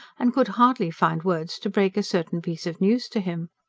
and could hardly find words to break a certain piece of news to him.